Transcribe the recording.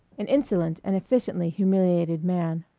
an insolent and efficiently humiliated man.